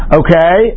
okay